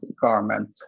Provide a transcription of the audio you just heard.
garment